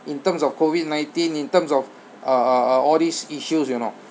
in terms of COVID nineteen in terms of uh uh uh all these issues you know